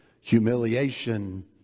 humiliation